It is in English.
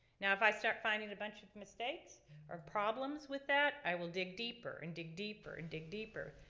now if i start finding a bunch of mistakes or problems with that, i will dig deeper and dig deeper and dig deeper.